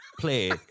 Play